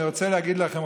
אני רוצה להגיד לכם,